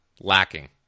lacking